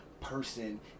person